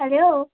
hello